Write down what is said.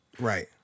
Right